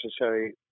necessary